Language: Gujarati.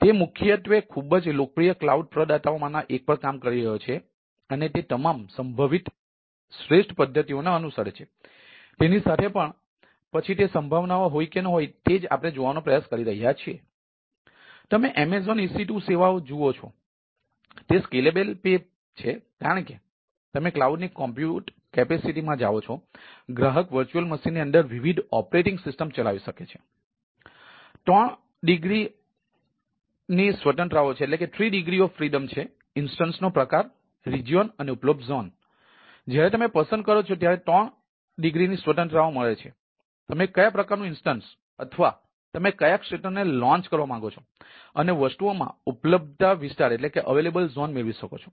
તેથી આ વિવિધ ઇન્સ્ટન્સ ઉપલબ્ધ છે